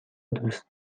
دوست